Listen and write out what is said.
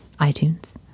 iTunes